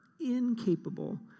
incapable